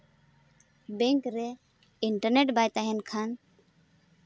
bank ᱨᱮ internet ᱵᱟᱭ ᱛᱟᱦᱮᱱ ᱠᱷᱟᱱ